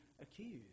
accused